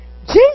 Jesus